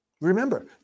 Remember